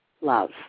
Love